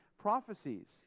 prophecies